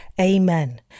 Amen